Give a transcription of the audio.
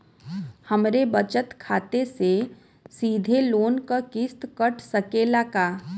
हमरे बचत खाते से सीधे लोन क किस्त कट सकेला का?